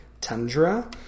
tundra